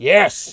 Yes